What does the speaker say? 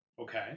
Okay